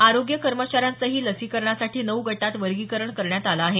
आरोग्य कर्मचाऱ्यांचंही लसीकरणासाठी नऊ गटात वर्गीकरण करण्यात आलं आहे